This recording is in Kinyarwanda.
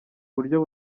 buryo